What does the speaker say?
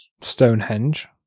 Stonehenge